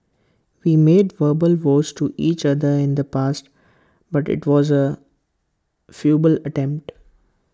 we made verbal vows to each other in the past but IT was A futile attempt